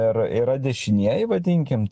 ir yra dešinieji vadinkim